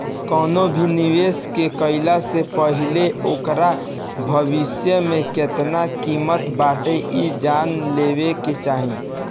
कवनो भी निवेश के कईला से पहिले ओकर भविष्य में केतना किमत बाटे इ जान लेवे के चाही